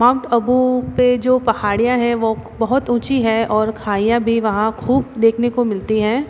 mount Abu पर जो पहाड़ियाँ हैं वो बहुत ऊँची हैं और खाईयाँ भी वहाँ ख़ूब देखने को मिलती हैं